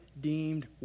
deemed